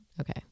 Okay